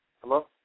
Hello